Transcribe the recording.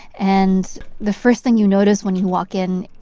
and the first thing you notice when you walk in